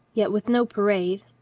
yet with no parade,